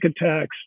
attacks